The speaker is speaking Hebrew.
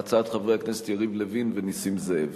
הצעת חברי הכנסת יריב לוין ונסים זאב.